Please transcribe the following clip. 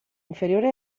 inferiore